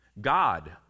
God